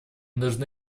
должны